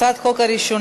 הצעת החוק הראשונה,